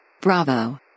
Bravo